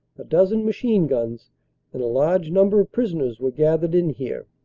a dozen machine guns and a large number of prisoners were gathered in here.